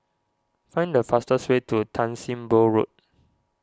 find the fastest way to Tan Sim Boh Road